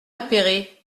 appéré